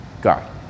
God